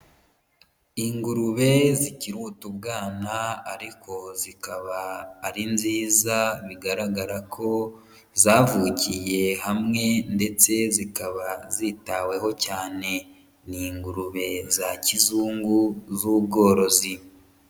Ingurube zikiri utubwana ariko zikaba ari nziza bigaragara ko zavukiye hamwe ndetse zikaba zitaweho cyane, ni ingurube za kizungu z'ubworozi.